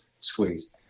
squeeze